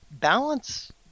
balance